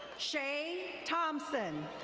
shae thompson.